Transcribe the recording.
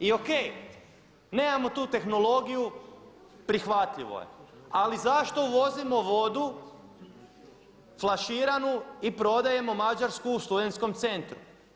I ok, nemamo tu tehnologiju prihvatljivo je ali zašto uvozimo vodu flaširanu i prodajemo mađarsku u studensku centru?